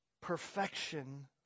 perfection